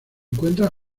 encuentra